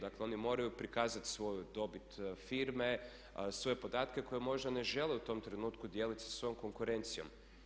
Dakle, oni moraju prikazati svoju dobit firme, svoje podatke koje možda ne žele u tom trenutku dijelit sa svojom konkurencijom.